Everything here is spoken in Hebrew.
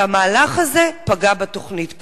והמהלך הזה פגע בתוכנית,